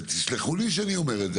ותסלחו לי שאני אומר את זה,